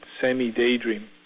semi-daydream